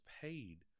paid